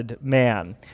man